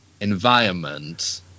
environment